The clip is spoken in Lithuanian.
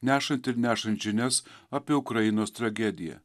nešant ir nešant žinias apie ukrainos tragediją